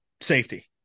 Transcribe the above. safety